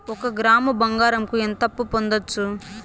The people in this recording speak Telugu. ఒక గ్రాము బంగారంకు ఎంత అప్పు పొందొచ్చు